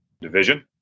division